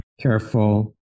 careful